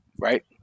Right